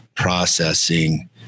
Processing